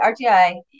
RTI